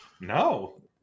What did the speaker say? No